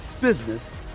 business